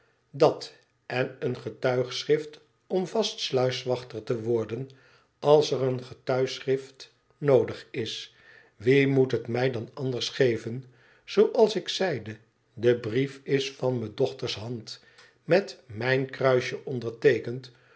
dat en een getuigschrift om vast sluiswachter te worden als er een getuigschrift noodig ïs wie moet het mij dan anders geven zooab ik zeide de brief is van me dochters hand met mijn kruisje onderteekend